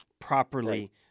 properly